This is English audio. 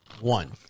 one